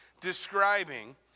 describing